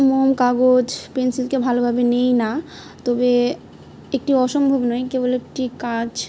মোম কাগজ পেন্সিলকে ভালোভাবে নেই না তবে একটি অসম্ভব নয় কেবল একটি কাজ